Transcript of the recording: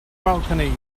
balcony